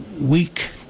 weak